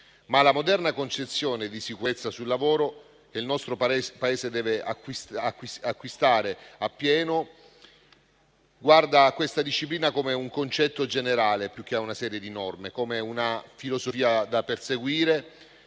La moderna concezione di sicurezza sul lavoro che il nostro Paese deve acquistare appieno guarda però a questa disciplina come a un concetto generale, più che a una serie di norme, come una filosofia da perseguire